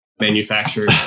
manufactured